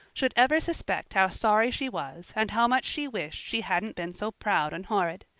should ever suspect how sorry she was and how much she wished she hadn't been so proud and horrid!